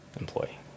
employee